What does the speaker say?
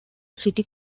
city